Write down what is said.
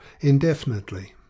indefinitely